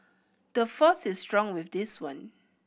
the force is strong with this one